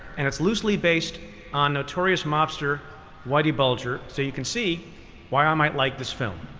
and it's loosely based on notorious mobster whitey bulger. so you can see why i might like this film.